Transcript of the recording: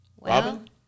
Robin